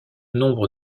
nombre